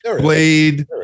Blade